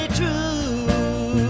true